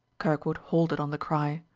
kirkwood halted on the cry,